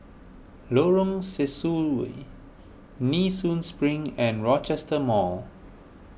Lorong Sesuai Nee Soon Spring and Rochester Mall